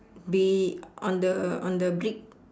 be on the on the brick